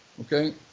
okay